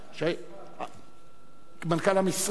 מנכ"ל המשרד.